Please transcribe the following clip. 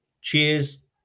cheers